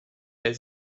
wer